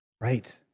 right